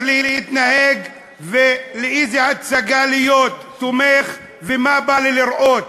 להתנהג ובאיזה הצגה לתמוך ומה בא לי לראות.